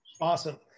Awesome